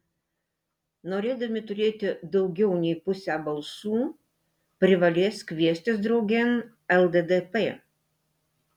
norėdami turėti daugiau nei pusę balsų privalės kviestis draugėn lddp